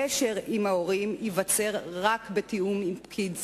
קשר עם ההורים ייווצר רק בתיאום עם פקיד סעד,